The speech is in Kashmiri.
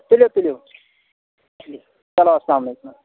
تُلِو تُلِو چَلو اَسَلامُ علیکُم